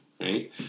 right